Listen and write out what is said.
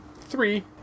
Three